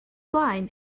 blaen